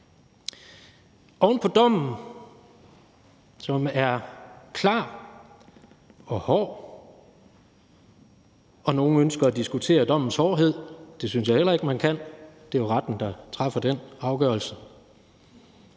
Oven på dommen, som er klar og hård – nogle ønsker at diskutere dommens hårdhed; det synes jeg heller ikke at man kan, for det er jo retten, der træffer den afgørelse